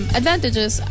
advantages